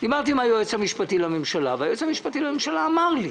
דיברתי עם היועץ המשפטי לממשלה והוא אמר לי